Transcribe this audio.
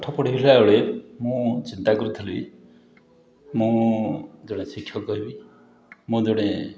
ପାଠ ପଢ଼ିଲାବେଳେ ମୁଁ ଚିନ୍ତା କରିଥିଲି ମୁଁ ଜଣେ ଶିକ୍ଷକ ହେବି ମୁଁ ଜଣେ